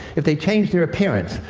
if they change their appearance,